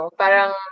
parang